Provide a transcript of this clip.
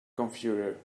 configure